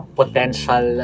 potential